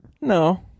No